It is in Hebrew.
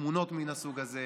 תמונות מן הסוג הזה,